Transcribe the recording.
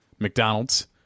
McDonald's